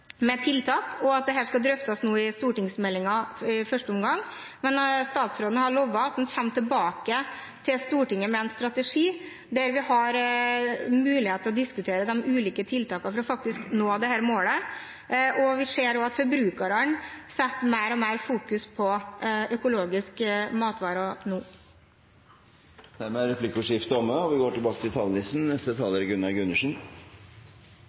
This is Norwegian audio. med tiltak, og at dette skal drøftes i stortingsmeldingen nå i første omgang. Men statsråden har lovet at han kommer tilbake til Stortinget med en strategi der vi har mulighet til å diskutere de ulike tiltakene for å nå dette målet. Vi ser også at forbrukerne nå setter mer og mer fokus på økologiske matvarer. Replikkordskiftet er omme. Omstilling er et slitt begrep. Det er regelen og